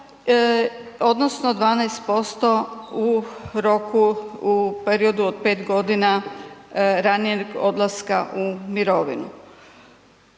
odnosno 12% u periodu od pet godina ranijeg odlaska u mirovinu.